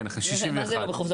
כן, 61. מה זה לא בחופזה?